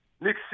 Nick